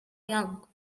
young